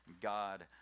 God